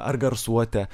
ar garsuotę